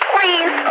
Please